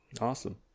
awesome